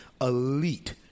elite